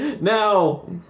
now